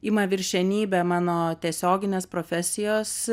ima viršenybę mano tiesioginės profesijos